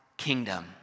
kingdom